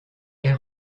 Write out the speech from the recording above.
est